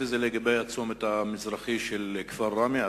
וזה לגבי הצומת המזרחי של כפר ראמה.